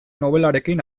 nobelarekin